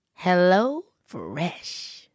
HelloFresh